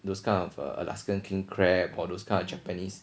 those kind of or alaskan king crab or those kind of japanese